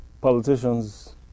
politicians